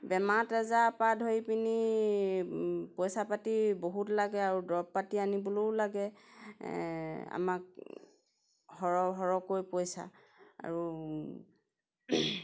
বেমাৰ টেজা পা ধৰি পিনি পইচা পাতি বহুত লাগে আৰু দৰৱ পাতি আনিবলৈও লাগে আমাক সৰহ সৰহকৈ পইচা আৰু